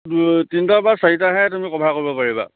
তিনটা বা চাৰিটাহে তুমি কভাৰ কৰিব পাৰিবা